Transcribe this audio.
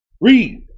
Read